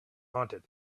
haunted